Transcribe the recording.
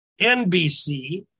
NBC